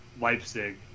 Leipzig